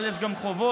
אבל יש גם חובות.